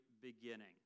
beginning